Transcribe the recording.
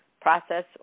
process